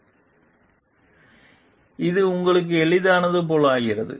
எனவே இது உங்களுக்கும் எளிதானது போலாகிறது